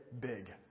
big